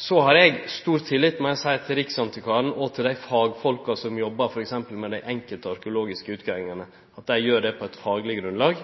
Så må eg seie at eg har stor tillit til Riksantikvaren og til at dei fagfolka som jobbar f.eks. med dei enkelte arkeologiske utgravingane, gjer det på eit fagleg grunnlag.